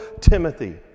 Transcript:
Timothy